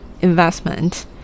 investment